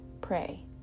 Pray